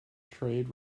trade